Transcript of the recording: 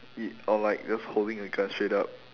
it or like just holding a gun straight up